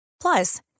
Plus